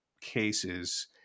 cases